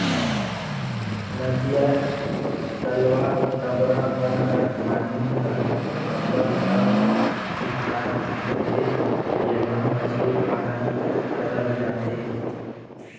नदिया, तलवा, डबरा मन कर पानी हर अब्बड़ साफ सुथरा होथे जेम्हां मछरी पालन करल जाथे